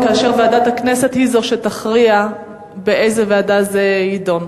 ועדת הכנסת היא זו שתכריע באיזו ועדה הנושא יידון.